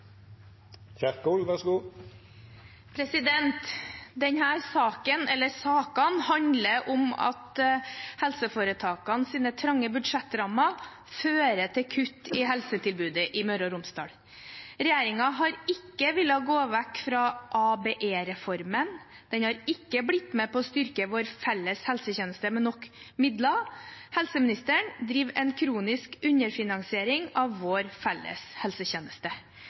saken, eller disse sakene, handler om at helseforetakenes trange budsjettrammer fører til kutt i helsetilbudet i Møre og Romsdal. Regjeringen har ikke villet gå vekk fra ABE-reformen. Den har ikke blitt med på å styrke vår felles helsetjeneste med nok midler. Helseministeren driver en kronisk underfinansiering av vår felles helsetjeneste.